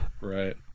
right